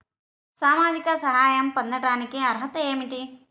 సామాజిక సహాయం పొందటానికి అర్హత ఏమిటి?